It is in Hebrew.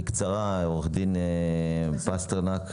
לקרוא,